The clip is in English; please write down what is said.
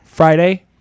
Friday